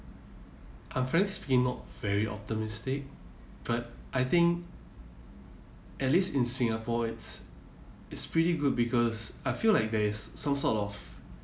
obviously not very optimistic but I think at least in singapore it's it's pretty good because I feel like there is some sort of